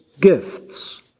gifts